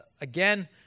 Again